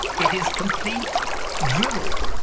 it is complete drivel,